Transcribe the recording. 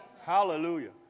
Hallelujah